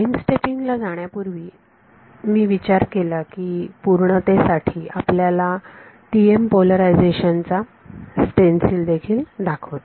time stepping ला जाण्यापूर्वी मी विचार केला की पूर्णते साठी मी आपल्याला TM पोलरायझेरेशनचा स्टेन्सिल देखील दाखवते